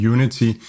Unity